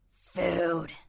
Food